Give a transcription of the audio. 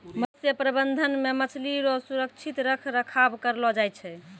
मत्स्य प्रबंधन मे मछली रो सुरक्षित रख रखाव करलो जाय छै